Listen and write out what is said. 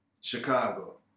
Chicago